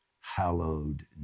hallowed